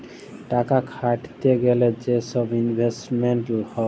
টাকা খাটাইতে গ্যালে যে ছব ইলভেস্টমেল্ট হ্যয়